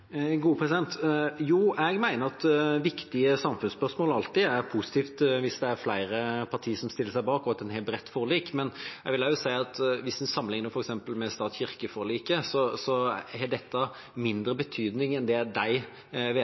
Jeg mener at det i viktige samfunnsspørsmål alltid er positivt hvis det er flere partier som stiller seg bak, og at en har et bredt forlik. Men jeg vil også si at hvis en sammenligner med f.eks. stat–kirke-forliket, har dette mindre betydning enn det de